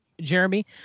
Jeremy